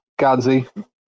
Gadzi